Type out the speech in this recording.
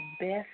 best